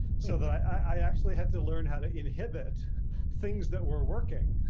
so that i actually had to learn how to inhibit things that were working.